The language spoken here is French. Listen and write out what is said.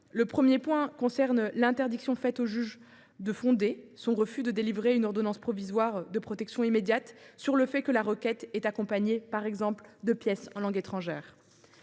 entre nous concerne l’interdiction faite au juge de fonder son refus de délivrer une ordonnance provisoire de protection immédiate sur le fait que la requête est accompagnée de pièces en langue étrangère.